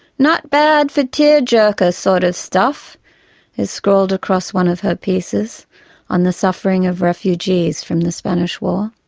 not bad for tear jerker sort of stuff is scrawled across one of her pieces on the suffering of refugees from the spanish war.